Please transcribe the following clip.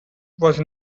was